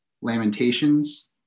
Lamentations